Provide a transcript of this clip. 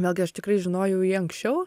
vėlgi aš tikrai žinojau jį anksčiau